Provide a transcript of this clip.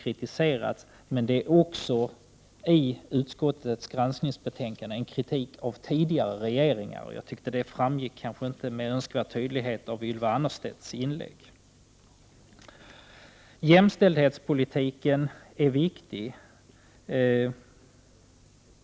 Kritik riktas i utskottets granskningsbetänkande mot den nuvarande regeringen, men också mot tidigare regeringar. Det framgick kanske inte med önskvärd tydlighet av Ylva Annerstedts inlägg. Jämställdhetspolitiken är viktig.